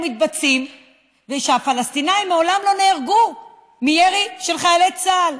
מתבצעים ושהפלסטינים מעולם לא נהרגו מירי של חיילי צה"ל".